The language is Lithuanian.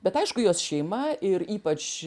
bet aišku jos šeima ir ypač